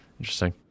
Interesting